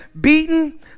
beaten